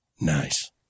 Nice